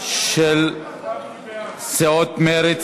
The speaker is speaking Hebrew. של סיעות מרצ,